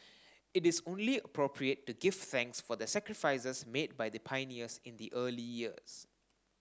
it is only appropriate to give thanks for the sacrifices made by the pioneers in the early years